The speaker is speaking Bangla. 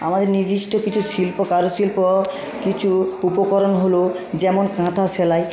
আমাদের নির্দিষ্ট কিছু শিল্প কারুশিল্প কিছু উপকরণ হল যেমন কাঁথা সেলাই